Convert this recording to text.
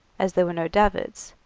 as there were no davits,